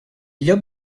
llop